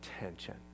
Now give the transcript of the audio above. attention